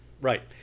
right